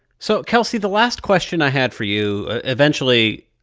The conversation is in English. so, kelsey, the last question i had for you eventually,